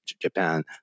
Japan